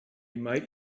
might